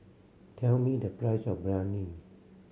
tell me the price of Biryani